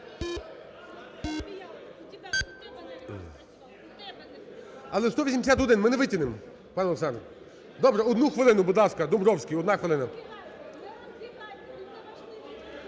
Але 181. Ми не витягнемо, пане Олександре. Добре, 1 хвилину, будь ласка. Домбровський, 1 хвилина.